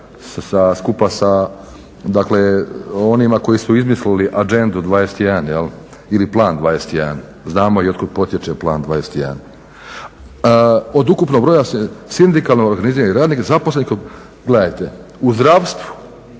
skupa sa onima koji su izmislili Agendu 21 ili Plan 21, znamo i od kud potječe Plan 21. "Od ukupnog broja sindikalno organiziranih radnika", gledajte u zdravstvu